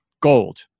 gold